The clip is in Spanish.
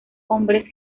hombres